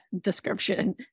description